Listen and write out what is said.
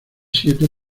siete